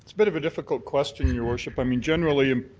bit of a difficult question, your worship. i mean, generally,